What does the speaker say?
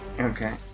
okay